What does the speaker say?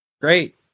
great